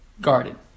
garden